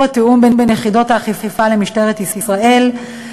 התיאום בין יחידות האכיפה למשטרת ישראל,